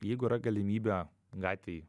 jeigu yra galimybė gatvėj